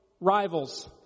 rivals